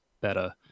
better